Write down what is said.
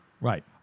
Right